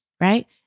right